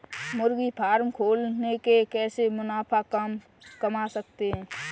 मुर्गी फार्म खोल के कैसे मुनाफा कमा सकते हैं?